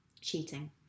cheating